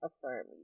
affirm